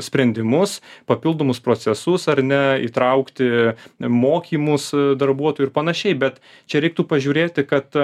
sprendimus papildomus procesus ar ne įtraukti mokymus darbuotojų ir panašiai bet čia reiktų pažiūrėti kad